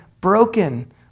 broken